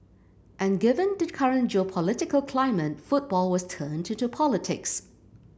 and given the current geopolitical climate football was turned into politics